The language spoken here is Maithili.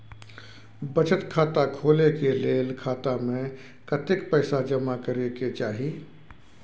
बचत खाता खोले के लेल खाता में कतेक पैसा जमा करे के चाही?